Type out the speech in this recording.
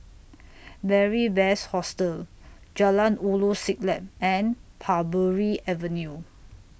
Beary Best Hostel Jalan Ulu Siglap and Parbury Avenue